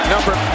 Number